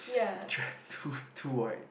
too too wide